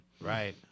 Right